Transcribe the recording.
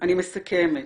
אני מסכמת.